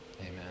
Amen